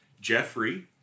Jeffrey